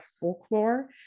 folklore